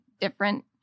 different